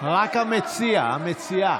רק המציעה.